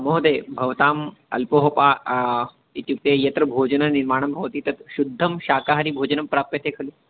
महोदय भवताम् अल्पोपाहारम् इत्युक्ते यत्र भोजननिर्माणं भवति तत् शुद्धं शाकाहारीभोजनं प्राप्यते खलु